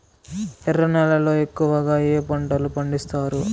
ఎర్ర నేలల్లో ఎక్కువగా ఏ పంటలు పండిస్తారు